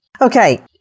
Okay